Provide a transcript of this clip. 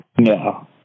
No